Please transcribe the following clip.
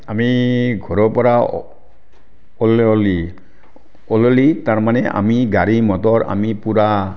আমি ঘৰৰ পৰা ওললি ওললি তাৰমানে আমি গাড়ী মটৰ আমি পুৰা